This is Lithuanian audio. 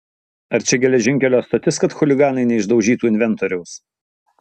ar čia geležinkelio stotis kad chuliganai neišdaužytų inventoriaus